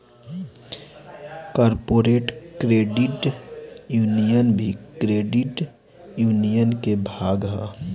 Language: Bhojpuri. कॉरपोरेट क्रेडिट यूनियन भी क्रेडिट यूनियन के भाग ह